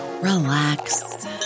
relax